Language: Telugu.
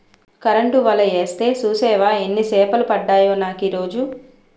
కరెంటు వల యేస్తే సూసేవా యెన్ని సేపలు పడ్డాయో నాకీరోజు?